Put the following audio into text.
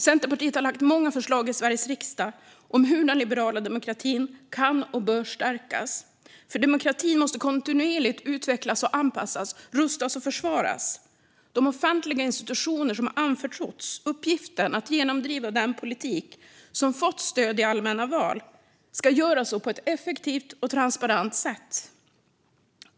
Centerpartiet har lagt fram många förslag i Sveriges riksdag om hur den liberala demokratin kan och bör stärkas. För demokratin måste kontinuerligt utvecklas och anpassas, rustas och försvaras. De offentliga institutioner som anförtrotts uppgiften att genomdriva den politik som fått stöd i allmänna val ska göra så på ett effektivt och transparent sätt.